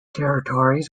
territories